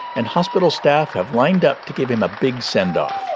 and hospital staff have lined up to give him a big send-off